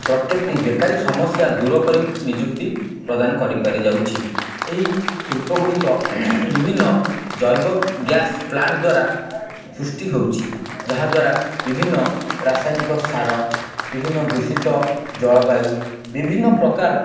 ପ୍ରତ୍ୟେକଟି ବେକାରୀ ସମସ୍ୟା ଦୂର କରି ନିଯୁକ୍ତି ପ୍ରଦାନ କରାଯାଇପାରୁଛି ଏହି ଶିଳ୍ପ ଗୁଡ଼ିକ ବିଭିନ୍ନ ଜୈବ ଗ୍ୟାସ୍ ପ୍ଲାଣ୍ଟ୍ ଦ୍ୱାରା ସୃଷ୍ଟି ହେଉଛି ଯାହାଦ୍ୱାରା ବିଭିନ୍ନ ରାସାୟନିକ ସାର ବିଭିନ୍ନ ଦୂଷିତ ଜଳବାୟୁ ବିଭିନ୍ନ ପ୍ରକାର